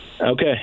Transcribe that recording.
Okay